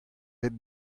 bep